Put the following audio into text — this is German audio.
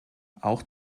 auch